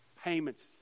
payments